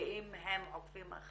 ואם הם עוקבים או